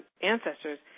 ancestors